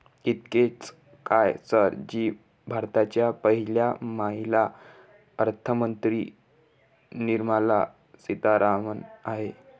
इतकेच काय, सर जी भारताच्या पहिल्या महिला अर्थमंत्री निर्मला सीतारामन आहेत